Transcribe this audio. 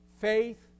faith